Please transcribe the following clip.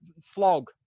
flog